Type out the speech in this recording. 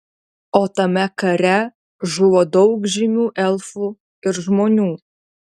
o tame kare žuvo daug žymių elfų ir žmonių